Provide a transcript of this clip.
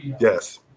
Yes